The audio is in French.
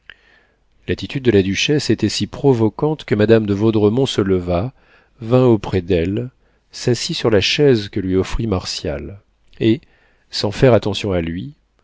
l'attitude de la duchesse était si provoquante que madame de vaudremont se leva vint auprès d'elle s'assit sur la chaise que lui offrit martial et sans faire attention à lui